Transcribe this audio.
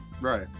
right